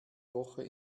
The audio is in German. woche